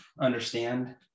understand